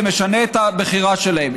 זה משנה את הבחירה שלהם.